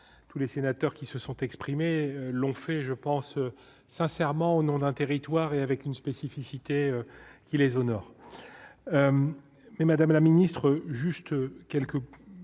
tous les sénateurs qui se sont exprimés l'ont fait et je pense sincèrement au nom d'un territoire et avec une spécificité qui les honore, mais Madame la Ministre, juste quelques